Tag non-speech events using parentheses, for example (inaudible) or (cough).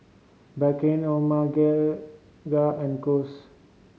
Bakerzin Omega (unintelligible) and Kose